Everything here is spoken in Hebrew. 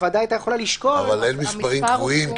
הוועדה הייתה יכולה לשקול --- אין מספרים קבועים,